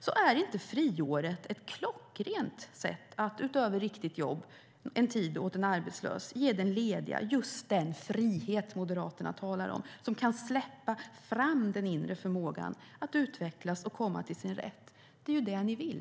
Så är inte friåret ett klockrent sätt att - utöver att ge ett riktigt jobb under en tid åt en arbetslös - ge den lediga just den frihet som Moderaterna talar om? Då kan han eller hon kan släppa fram den inre förmågan att utvecklas och komma till sin rätt. Det är ju det ni vill.